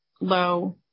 Low